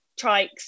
trikes